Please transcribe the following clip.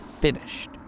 finished